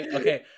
okay